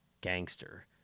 gangster